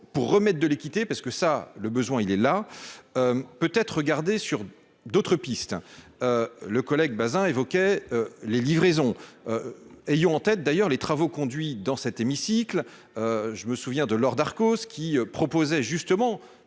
pour remettre de l'équité parce que ça le besoin, il est là, peut être regardé sur d'autres pistes, le collègue Bazin évoquait les livraisons ayons en tête d'ailleurs les travaux conduits dans cet hémicycle, je me souviens de Laure Darcos ce qui proposait justement